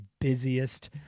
busiest